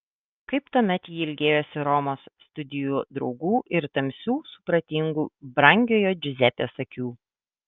kaip tuomet ji ilgėjosi romos studijų draugų ir tamsių supratingų brangiojo džiuzepės akių